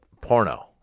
porno